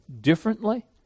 differently